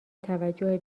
توجه